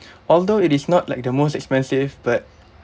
although it is not like the most expensive but